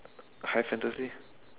high fantasy